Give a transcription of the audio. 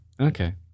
Okay